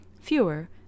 fewer